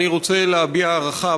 אני רוצה להביע הערכה,